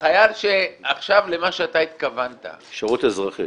עכשיו למה שאתה התכוונת --- השירות האזרחי.